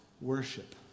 worship